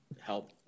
help